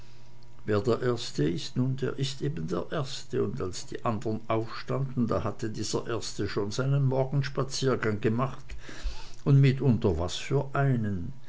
wer der erste ist nun der ist eben der erste und als die andern aufstanden da hatte dieser erste schon seinen morgenspaziergang gemacht und mitunter was für einen